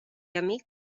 amic